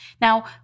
Now